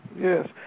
Yes